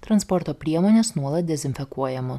transporto priemonės nuolat dezinfekuojamos